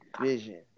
vision